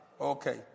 Okay